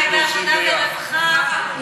אולי בעבודה ורווחה.